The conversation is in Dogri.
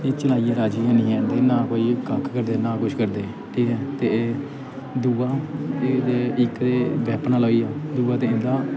एह् चलाइयै राजी गै निं हैन ते ना कोई एह् कक्ख करदे ते ना कुछ करदे ठीक ऐ ते एह् दूआ इक ते बैपन आह्ला होई आ दूआ ते इं'दा